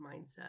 mindset